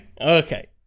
okay